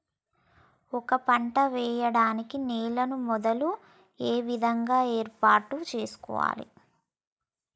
ఒక పంట వెయ్యడానికి నేలను మొదలు ఏ విధంగా ఏర్పాటు చేసుకోవాలి?